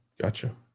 gotcha